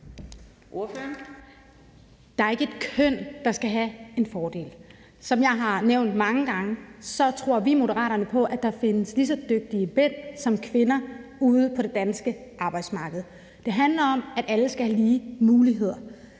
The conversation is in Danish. Der er ikke et køn, der skal have en fordel. Som jeg har nævnt mange gange, tror vi i Moderaterne på, at der findes lige så dygtige mænd som kvinder ude på det danske arbejdsmarked. Det handler om, at alle skal have lige muligheder.